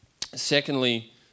Secondly